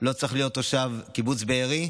לא צריך להיות תושב קיבוץ בארי,